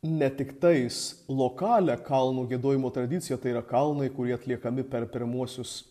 ne tiktais lokalią kalnų giedojimo tradiciją tai yra kalnai kurie atliekami per pirmuosius